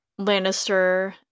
Lannister